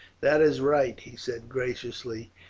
that is right, he said graciously.